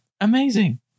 amazing